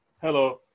Hello